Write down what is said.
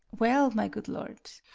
well, my good lord.